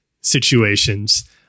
situations